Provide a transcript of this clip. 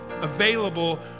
available